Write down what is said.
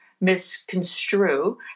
misconstrue